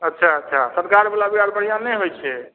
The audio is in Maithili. अच्छा अच्छा सरकार बला बीया बढ़िऑं नहि होइ छै